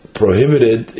prohibited